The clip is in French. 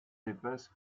épaisse